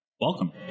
Welcome